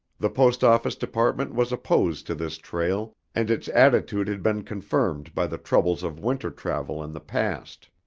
the postoffice department was opposed to this trail, and its attitude had been confirmed by the troubles of winter travel in the past.